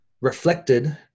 reflected